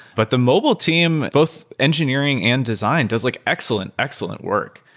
but the mobile team, both engineering and design does like excellent, excellent work.